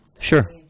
Sure